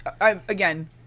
Again